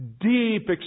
deep